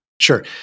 Sure